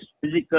physical